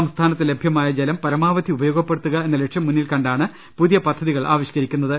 സംസ്ഥാനത്ത് ലഭ്യമായ ജലം പരമാവധി ഉപയോഗപ്പെടുത്തുക എന്ന ലക്ഷ്യം ്മുന്നിൽകണ്ടാണ് പുതിയ പദ്ധതികൾ ആവിഷ്ക്കരിക്കുന്ന ത്